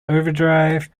overdrive